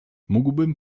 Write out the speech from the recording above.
mógłbym